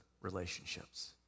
relationships